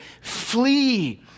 flee